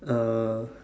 uh